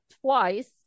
twice